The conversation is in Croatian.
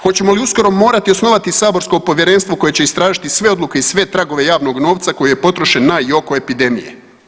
Hoćemo li uskoro morati osnovati saborsko povjerenstvo koje će istražiti sve odluke i sve tragove javnog novca koji je potrošen na i oko epidemije?